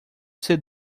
ser